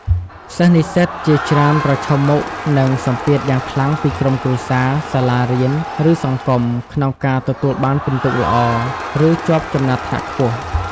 សិស្សនិស្សិតជាច្រើនប្រឈមមុខនឹងសម្ពាធយ៉ាងខ្លាំងពីក្រុមគ្រួសារ សាលារៀន ឬសង្គម ក្នុងការទទួលបានពិន្ទុល្អ ឬជាប់ចំណាត់ថ្នាក់ខ្ពស់។